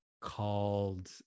called